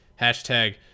Hashtag